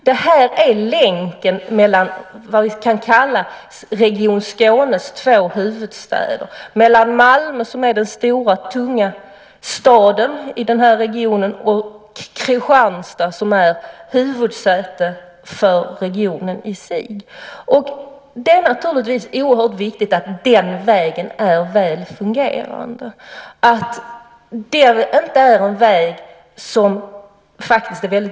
Det här är länken mellan vad vi kan kalla Region Skånes två huvudstäder, mellan Malmö, den stora tunga staden i regionen, och Kristianstad, som är huvudsäte för regionen i sig. Det är naturligtvis oerhört viktigt att den vägen fungerar väl - det är en olycksdrabbad väg.